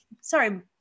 sorry